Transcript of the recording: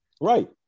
Right